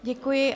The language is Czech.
Děkuji.